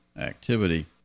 activity